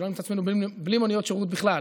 כדי שלא נמצא את עצמנו בלי מוניות שירות בכלל,